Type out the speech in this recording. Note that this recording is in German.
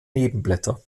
nebenblätter